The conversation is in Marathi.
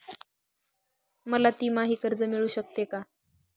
मला तिमाही कर्ज मिळू शकते का?